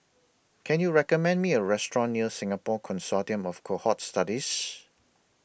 Can YOU recommend Me A Restaurant near Singapore Consortium of Cohort Studies